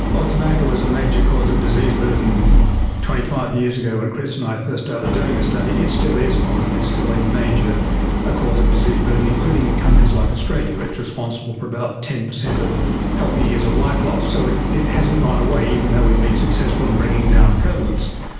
well, tobacco was a major cause of disease burden twenty five years ago when chris and i first started doing this study, it still is, norman, it's still a major ah cause of disease burden, including in countries like australia, it's responsible for about ten percent of healthy years of life lost. so it it hasn't gone away, even though we've been successful in bringing down prevalence.